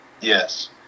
Yes